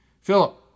Philip